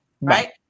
Right